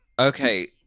Okay